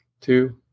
two